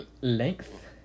length